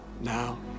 Now